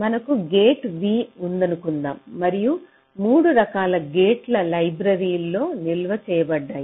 మనకు gate v ఉందనుకుందాం మరియు 3 రకాల గేట్ల లైబ్రరీలో నిల్వ చేయబడ్డాయి